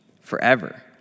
forever